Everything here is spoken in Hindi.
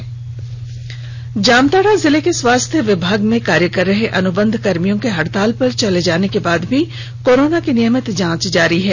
जांच जारी जामताड़ा जिले के स्वास्थ्य विभाग में कार्य कर रहे अनुबंध कर्मियों के हड़ताल पर चले जाने के बाद भी कोरोना की नियमित जांच जारी है